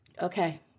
okay